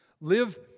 Live